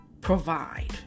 provide